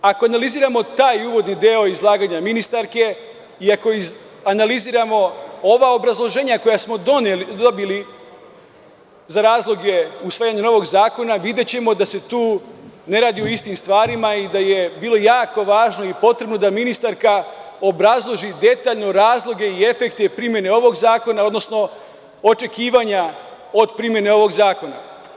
Ako analiziramo taj uvodni deo izlaganja ministarke i ako izanaliziramo ova obrazloženja koja smo dobili za razloge usvajanja novog zakona, videćemo da se tu ne radi o istim stvarima i da je bilo jako važno i potrebno da ministarka obrazloži detaljno razloge i efekte primene ovog zakona, odnosno očekivanja od primene ovog zakona.